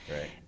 right